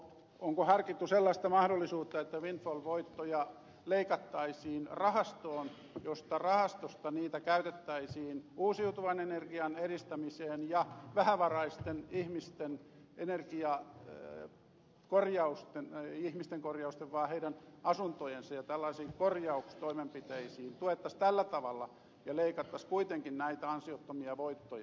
onko harkittu sellaista mahdollisuutta että windfall voittoja leikattaisiin rahastoon josta rahastosta niitä käytettäisiin uusiutuvan energian edistämiseen ja vähävaraisten ihmisten energiakorjausten ei ihmisten korjausten vaan heidän asuntojensa toimenpiteisiin tuettaisiin tällä tavalla ja leikattaisiin kuitenkin näitä ansiottomia voittoja